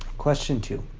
question two.